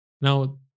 Now